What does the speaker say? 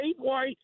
Statewide